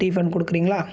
refund கொடுக்குறீங்களா